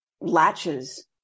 latches